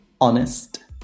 honest